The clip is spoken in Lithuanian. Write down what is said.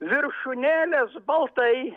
viršūnėlės baltai